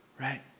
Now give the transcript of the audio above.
Right